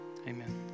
Amen